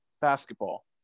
basketball